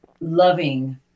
loving